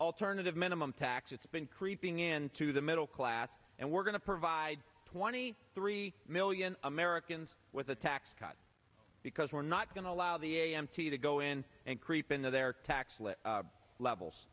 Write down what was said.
alternative minimum tax it's been creeping into the middle class and we're going to provide twenty three million americans with a tax cut because we're not going to allow the a m t to go in and creep into their tax levels